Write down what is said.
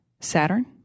Saturn